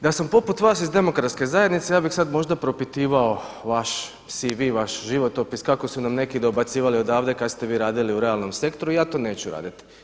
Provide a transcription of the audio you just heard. Da sam poput vas iz Demokratske zajednice ja bih sada možda propitivao vaš CV, vaš životopis kako su nam neki dobacivali odavde kada ste vi radili u realnom sektoru i ja to neću raditi.